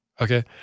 Okay